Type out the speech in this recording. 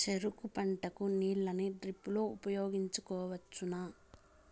చెరుకు పంట కు నీళ్ళని డ్రిప్ లో ఉపయోగించువచ్చునా?